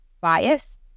bias